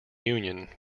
union